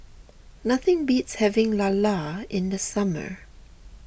nothing beats having Lala in the summer